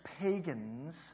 pagans